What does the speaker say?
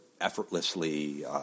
effortlessly